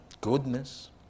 goodness